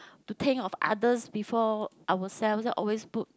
to think of others before ourselves always put